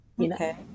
Okay